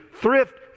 thrift